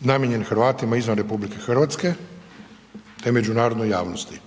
namijenjen Hrvatima izvan RH te međunarodnoj javnosti.